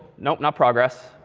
nope, no progress.